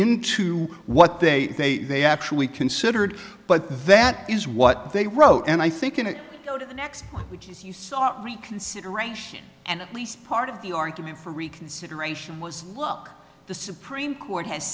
into what they say they actually considered but that is what they wrote and i think it go to the next one which is you start reconsideration and at least part of the argument for reconsideration was look the supreme court has